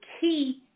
key